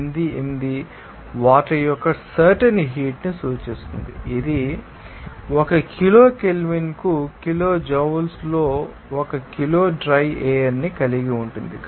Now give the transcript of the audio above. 88 water యొక్క certain heat ని సూచిస్తుంది ఇది ఒక కిలో కెల్విన్కు కిలోజౌల్స్లో ఒక కిలో డ్రై ఎయిర్ ని కలిగి ఉంటుంది